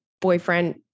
boyfriend